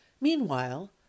meanwhile